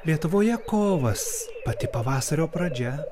lietuvoje kovas pati pavasario pradžia